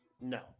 No